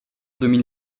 domine